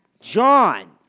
John